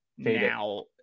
Now